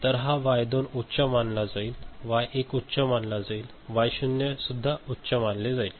तर हा वाय 2 उच्च मानला जाईल वाय 1 उच्च मानला जाईल वाई 0 उच्च मानले जाईल